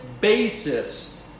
basis